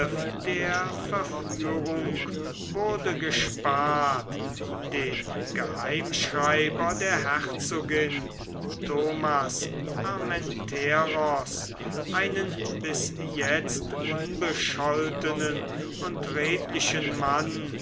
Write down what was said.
der verführung wurde gespart den geheimschreiber der herzogin thomas armenteros einen bis jetzt unbescholtenen und redlichen mann